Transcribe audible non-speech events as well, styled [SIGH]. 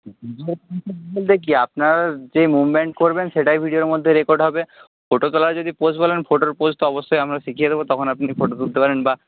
[UNINTELLIGIBLE] বলতে কি আপনারা যে মুভমেন্ট করবেন সেটাই ভিডিওর মধ্যে রেকর্ড হবে ফটো তোলার যদি পোজ বলেন ফটোর পোজ তো অবশ্যই আমরা শিখিয়ে দেবো তখন আপনি ফটো তুলতে পারেন বা